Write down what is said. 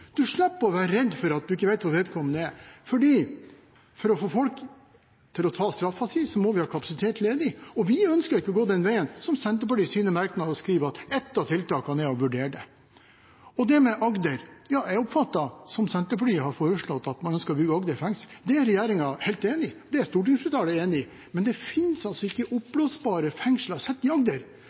slipper å være redd fordi man ikke vet hvor vedkommende er. For å få folk til å sone straffen sin må vi ha ledig kapasitet, og vi ønsker ikke å gå den veien som Senterpartiet skriver om i sine merknader, at ett av tiltakene er å vurdere det. Når det gjelder Agder: Jeg oppfatter – som Senterpartiet har foreslått – at man ønsker å bygge Agder fengsel. Det er regjeringen helt enig i, det er stortingsflertallet enig i, men det finnes ikke oppblåsbare fengsler